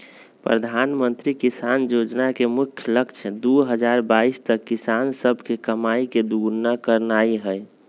प्रधानमंत्री किसान जोजना के मुख्य लक्ष्य दू हजार बाइस तक किसान सभके कमाइ के दुगुन्ना करनाइ हइ